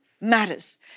matters